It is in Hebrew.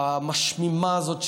המשמימה הזאת,